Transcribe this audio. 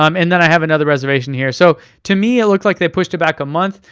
um and then i have another reservation here. so to me it looked like they pushed it back a month,